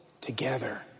together